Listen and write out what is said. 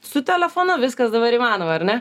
su telefonu viskas dabar įmanoma ar ne